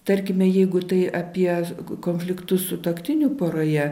tarkime jeigu tai apie konfliktus sutuoktinių poroje